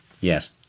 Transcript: Yes